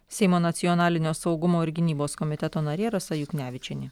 seimo nacionalinio saugumo ir gynybos komiteto narė rasa juknevičienė